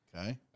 Okay